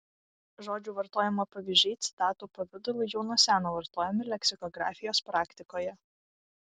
žodžių vartojimo pavyzdžiai citatų pavidalu jau nuo seno vartojami leksikografijos praktikoje